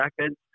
seconds